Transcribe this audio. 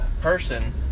person